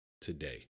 today